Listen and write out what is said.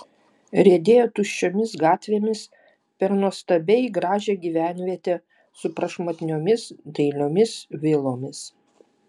riedėjo tuščiomis gatvėmis per nuostabiai gražią gyvenvietę su prašmatniomis dailiomis vilomis